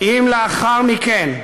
אם לאחר מכן,